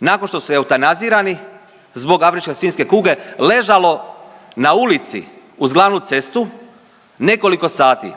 nakon što su eutanazirani zbog afričke svinjske kuge ležalo na ulici uz glavnu cestu nekoliko sati.